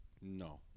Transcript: no